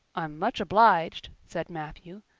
i'm much obliged, said matthew,